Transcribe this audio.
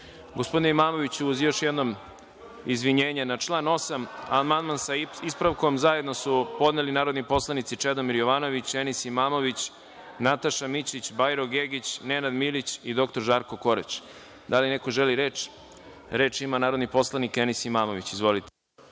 Gospodine Imamoviću, uz još jedno izvinjenje na član 8. amandman sa ispravkom zajedno su podneli narodni poslanici Čedomir Jovanović, Enis Imamović, Nataša Mićić, Bajro Gegić, Nenad Milić i dr Žarko Korać. Da li neko želi reč? (Da.)Reč ima narodni poslanik Enis Imamović. **Enis